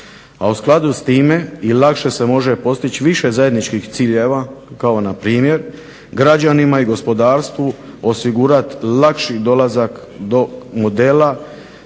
a u skladu s time i lakše se može postići više zajedničkih ciljeva, kao npr. Građanima i gospodarstvu osigurati lakši dolazak do modela